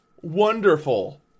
wonderful